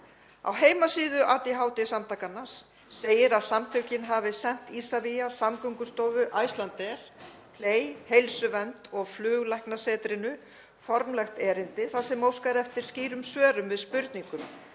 Á heimasíðu ADHD-samtakanna segir að samtökin hafi sent Isavia, Samgöngustofu, Icelandair, Play, Heilsuvernd og Fluglæknasetrinu formlegt erindi þar sem óskað er eftir skýrum svörum við spurningum